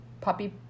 Puppy